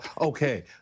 Okay